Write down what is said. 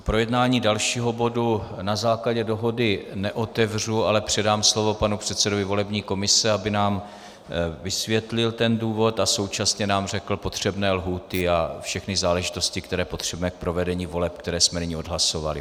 Projednávání dalšího bodu na základě dohody neotevřu, ale předám slovo panu předsedovi volební komise, aby nám vysvětlil ten důvod a současně nám řekl potřebné lhůty a všechny záležitosti, které potřebujeme k provedení voleb, které jsme nyní odhlasovali.